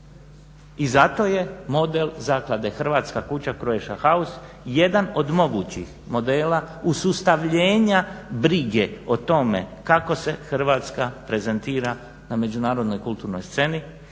I zato je model zaklade "Hrvatska kuća-Croatia house" jedan od mogućih modela usustavljenja brige o tome kako se Hrvatska prezentira na međunarodnoj kulturnoj sceni,